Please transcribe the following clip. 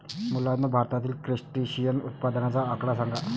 मुलांनो, भारतातील क्रस्टेशियन उत्पादनाचा आकडा सांगा?